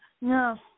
no